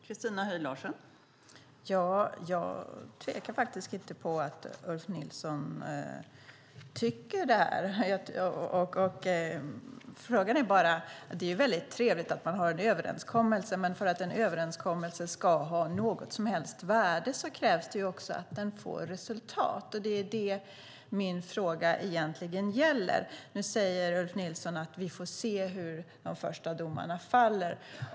Fru talman! Jag tvekar inte om att Ulf Nilsson tycker detta. Det är väldigt trevligt att man har en överenskommelse. Men för att en överenskommelse ska ha något som helst värde krävs det att den får resultat. Det är vad min fråga egentligen gäller. Nu säger Ulf Nilsson att vi får se hur de första domarna faller.